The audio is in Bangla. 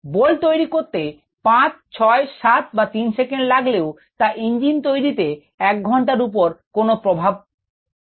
বোল্ট তৈরি করতে 567 বা 3 সেকেন্ড লাগলেও তা ইঞ্জিন তৈরিতে এক ঘন্টার উপর কোন প্রভাব ফেলবে না